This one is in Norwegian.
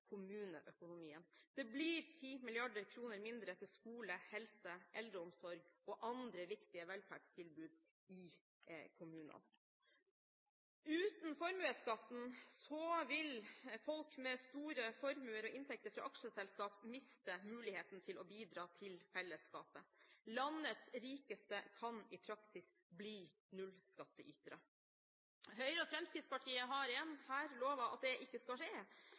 Det blir 10 mrd. kr mindre til skole, helse, eldreomsorg og andre viktige velferdstilbud i kommunene. Uten formuesskatten vil folk med store formuer og inntekter fra aksjeselskaper miste muligheter til å bidra til fellesskapet. Landets rikeste kan i praksis bli nullskattytere. Høyre og Fremskrittspartiet har igjen lovet at det ikke skal skje,